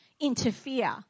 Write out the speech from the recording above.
interfere